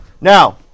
Now